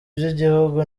bw’igihugu